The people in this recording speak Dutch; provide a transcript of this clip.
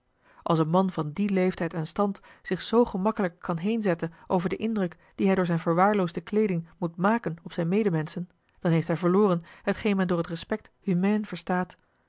als een man van dien leeftijd en stand zich zoo gemakkelijk kan heenzetten over den indruk dien hij door zijn verwaarloosde kleeding moet maken op zijne medemenschen dan heeft hij verloren hetgeen men door het respect humain verstaat